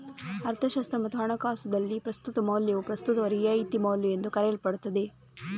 ಅರ್ಥಶಾಸ್ತ್ರ ಮತ್ತು ಹಣಕಾಸುದಲ್ಲಿ, ಪ್ರಸ್ತುತ ಮೌಲ್ಯವು ಪ್ರಸ್ತುತ ರಿಯಾಯಿತಿ ಮೌಲ್ಯಎಂದೂ ಕರೆಯಲ್ಪಡುತ್ತದೆ